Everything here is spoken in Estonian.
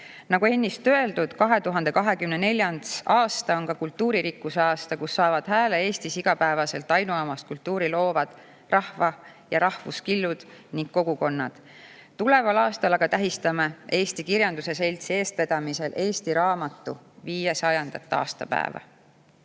Nagu ennist öeldud, 2024. aasta on ka kultuuririkkuse aasta, kus saavad hääle Eestis igapäevaselt ainuomast kultuuri loovad rahva‑ ja rahvuskillud ning kogukonnad. Tuleval aastal aga tähistame Eesti Kirjanduse Seltsi eestvedamisel Eesti raamatu 500. aastapäeva. Jutuvestja